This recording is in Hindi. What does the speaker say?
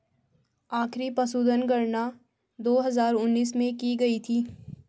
आखिरी पशुधन गणना दो हजार उन्नीस में की गयी थी